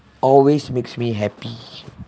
always makes me happy